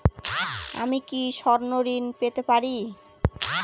আমি কি স্বর্ণ ঋণ পেতে পারি?